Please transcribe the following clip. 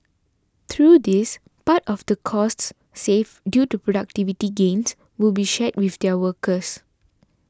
through this part of the costs saved due to productivity gains will be shared with their workers